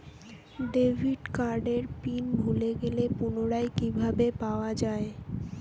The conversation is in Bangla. ডেবিট কার্ডের পিন ভুলে গেলে পুনরায় কিভাবে পাওয়া য়ায়?